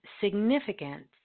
significant